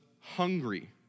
hungry